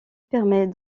permet